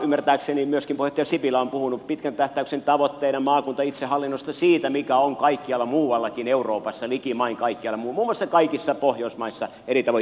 ymmärtääkseni myöskin puheenjohtaja sipilä on puhunut pitkän tähtäyksen tavoitteena maakuntaitsehallinnosta siitä mikä on kaikkialla muuallakin euroopassa likimain kaikkialla muualla muun muassa kaikissa pohjoismaissa eri tavoin järjestettynä